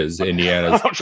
Indiana